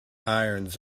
irons